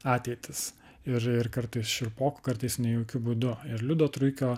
ateitis ir ir kartais šiurpoku kartais nejaukiu būdu ir liudo truikio